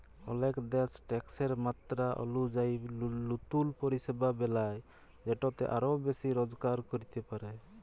অলেক দ্যাশ ট্যাকসের মাত্রা অলুজায়ি লতুল পরিষেবা বেলায় যেটতে আরও বেশি রজগার ক্যরতে পারে